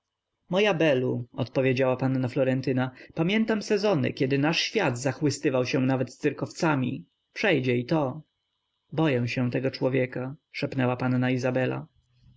moja belu odpowiedziała panna florentyna pamiętam sezony kiedy nasz świat zachwycał się nawet cyrkowcami przejdzie i to boję się tego człowieka szepnęła panna izabela